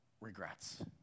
regrets